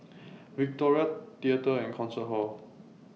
Victoria Theatre and Concert Hall